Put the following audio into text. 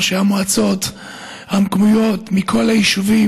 ראשי המועצות המקומיות מכל היישובים,